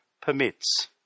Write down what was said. permits